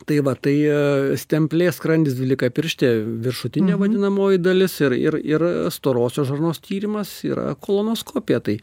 tai va tai stemplė skrandis dvylikapirštė viršutinė vadinamoji dalis ir ir ir storosios žarnos tyrimas yra kolonoskopija tai